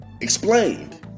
explained